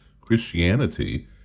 Christianity